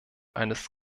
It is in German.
eines